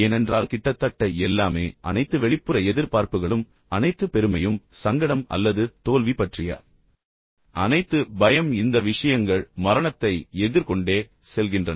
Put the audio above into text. ஏனென்றால் கிட்டத்தட்ட எல்லாமே அனைத்து வெளிப்புற எதிர்பார்ப்புகளும் அனைத்து பெருமையும் சங்கடம் அல்லது தோல்வி பற்றிய அனைத்து பயம் இந்த விஷயங்கள் மரணத்தை எதிர்கொண்டே செல்கின்றன